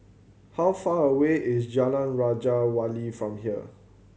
how far away is Jalan Raja Wali from here